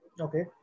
Okay